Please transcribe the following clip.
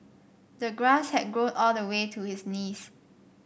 the grass had grown all the way to his knees